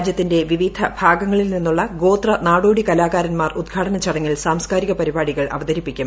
രാജ്യത്തിന്റെ വിവിധ ഭാഗങ്ങളിൽ നിന്നുള്ള ഗോത്ര നാടോടി കലാകാരന്മാർ ഉദ്ഘാടന ചടങ്ങിൽ സാംസ്കാരിക പരിപാടികൾ അവതരിപ്പിക്കും